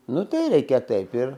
nu tai reikia taip ir